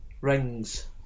rings